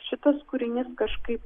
šitas kūrinys kažkaip